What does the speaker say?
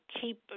keep